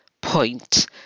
point